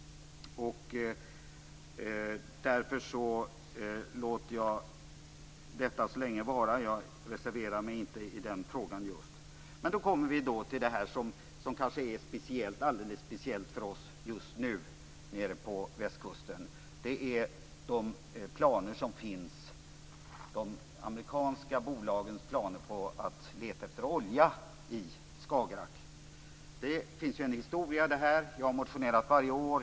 Därför låter jag detta vara så länge. Jag reserverar mig inte i just den frågan. Då kommer vi till det som är alldeles speciellt för oss nere på västkusten just nu. Det är de amerikanska bolagens planer på att leta efter olja i Skagerrak. Det finns en historia bakom detta. Jag har motionerat varje år.